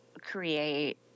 create